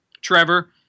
Trevor